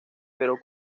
pero